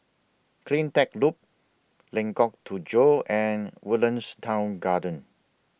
CleanTech Loop Lengkok Tujoh and Woodlands Town Garden